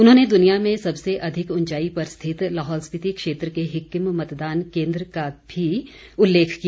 उन्होंने दुनिया में सबसे अधिक ऊंचाई पर स्थित लाहौल स्पीति क्षेत्र के हिक्किम मतदान केन्द्र का भी उल्लेख किया